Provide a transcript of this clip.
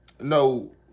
no